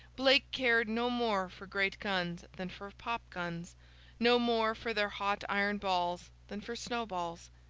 blake cared no more for great guns than for pop-guns no more for their hot iron balls than for snow-balls.